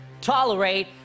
tolerate